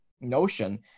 notion